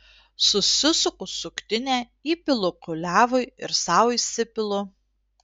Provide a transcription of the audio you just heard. susisuku suktinę įpilu kuliavui ir sau įsipilu